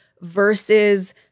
versus